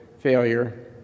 failure